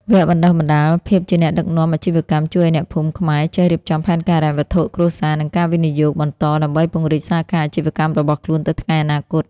វគ្គបណ្ដុះបណ្ដាល "ភាពជាអ្នកដឹកនាំអាជីវកម្ម" ជួយឱ្យអ្នកភូមិខ្មែរចេះរៀបចំផែនការហិរញ្ញវត្ថុគ្រួសារ និងការវិនិយោគបន្ត ដើម្បីពង្រីកសាខាអាជីវកម្មរបស់ខ្លួននៅថ្ងៃអនាគត។